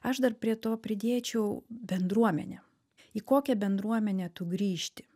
aš dar prie to pridėčiau bendruomenę į kokią bendruomenę tu grįžti